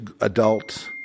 adults